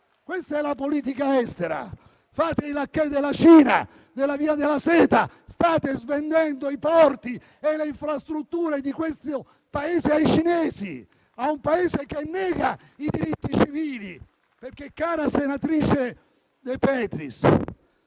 Questa è la politica estera: fate i lacchè della Cina - e della via della seta: state svendendo i porti e le infrastrutture di questo Paese ai cinesi - Paese che nega i diritti civili. Cara senatrice De Petris